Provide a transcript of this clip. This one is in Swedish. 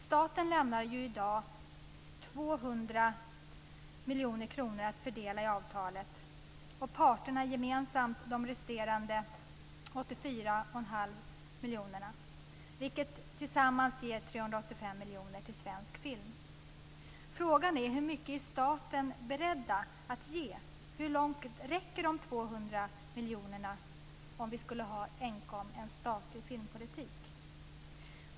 Staten lämnar i dag 200 miljoner kronor som ska fördelas i avtalet och parterna gemensamt de resterande 184,5 miljonerna, vilket tillsammans ger 385 miljoner till svensk film. Frågan är hur mycket staten är beredd att ge och hur långt de 200 miljonerna räcker om vi ska ha en enkom statlig filmpolitik.